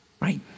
right